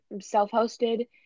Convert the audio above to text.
self-hosted